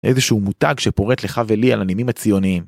איזשהו מותג שפורט לך ולי על הנימים הציוניים.